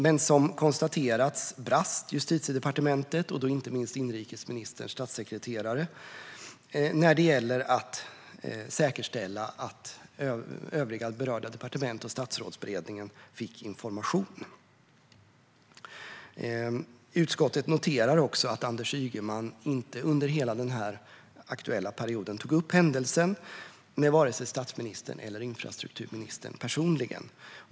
Men som konstaterats brast Justitiedepartementet, och då inte minst inrikesministerns statssekreterare när det gällde att säkerställa att övriga berörda departement och Statsrådsberedningen fick information. Utskottet noterar också att Anders Ygeman inte under hela den aktuella perioden tog upp händelsen med vare sig statsministern eller infrastrukturministern personligen.